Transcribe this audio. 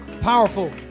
powerful